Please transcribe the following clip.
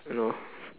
hello